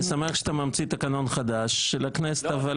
אני שמח שאתה ממציא תקנון חדש של הכנסת --- לא,